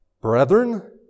Brethren